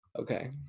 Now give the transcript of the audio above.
Okay